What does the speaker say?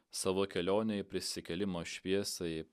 savo kelionę į prisikėlimo šviesą ji